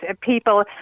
People